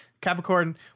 Capricorn